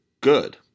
good